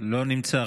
לא נמצא.